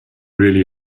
really